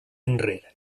enrere